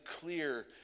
clear